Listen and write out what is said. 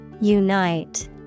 Unite